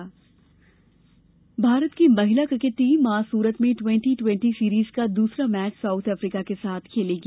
महिला क्रिकेट भारत की महिला क्रिकेट टीम आज सुरत में ट्वेन्टी ट्वेन्टी सीरिज का दूसरा मैच साउथ अफ्रीका के साथ खेलेगी